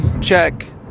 check